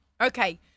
Okay